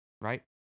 right